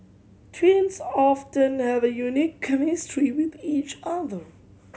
twins often have a unique chemistry with each other